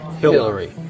Hillary